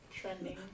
Trending